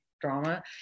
drama